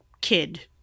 kid